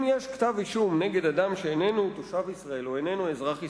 אם יש כתב אישום נגד אדם שאיננו תושב ישראל או איננו אזרח ישראלי,